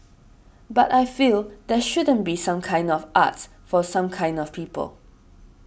but I feel there shouldn't be some kinds of arts for some kinds of people